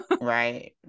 right